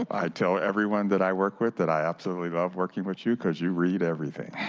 i tell everyone that i work with that i absolutely love working with you because you read everything.